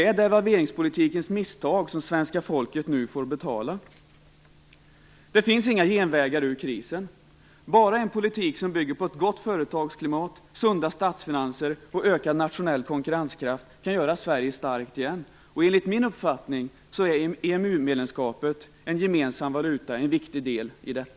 Svenska folket får nu betala devalveringspolitikens misstag. Det finns inga genvägar ur krisen. Bara en politik som bygger på ett gott företagsklimat, sunda statsfinanser och ökad nationell konkurrenskraft kan göra Sverige starkt igen. Enligt min uppfattning är EMU-medlemskapet och en gemensam valuta en viktig del i detta.